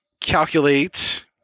calculate